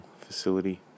facility